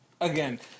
again